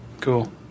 Cool